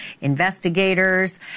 investigators